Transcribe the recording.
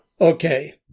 Okay